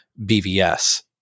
BVS